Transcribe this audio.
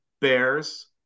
Bears